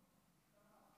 תודה,